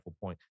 point